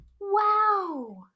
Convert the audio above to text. Wow